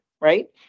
Right